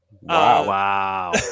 Wow